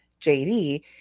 JD